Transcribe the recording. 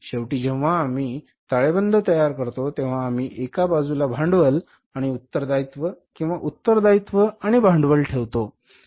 शेवटी जेव्हा आम्ही ताळेबंद तयार करतो तेव्हा आम्ही एका बाजूला भांडवल आणि उत्तरदायित्व किंवा उत्तरदायित्व आणि भांडवल ठेवले